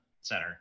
center